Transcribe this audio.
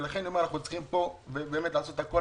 ולכן אנחנו צריכים לעשות הכול,